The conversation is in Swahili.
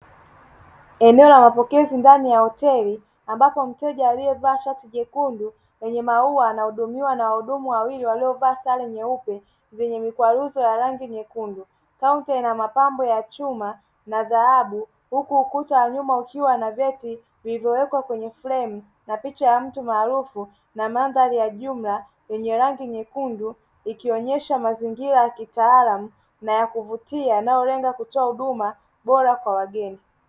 Eneo la mapokezi ndani ya hoteli ambapo mteja aliyevaa shati jekundu lwenye maua anahudumiwa na wahudumu wawili waliovaa sare nyeupe zenye mikwaruzo ya rangi nyekundu kaunti ina mapambo ya chuma na dhahabu, huku ukuta wa nyuma ukiwa na vyeti vilivyowekwa kwenye fremu na picha ya mtu maarufu, na mandhari ya jumla yenye rangi nyekundu, ikionesha mazingira ya kitaalamu na ya kuvutia yanayolenga kutoa huduma bora kwa wageni.